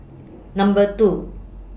Number two